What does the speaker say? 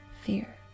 fear